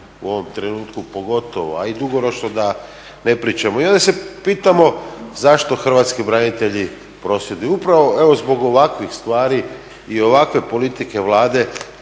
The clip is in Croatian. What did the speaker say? u ovom trenutku pogotovo, a i dugoročno da ne pričamo. I onda se pitamo zašto Hrvatski branitelji prosvjeduju? Upravo evo zbog ovakvih stvari i ovakve politike Vlade